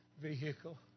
vehicle